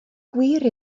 gwir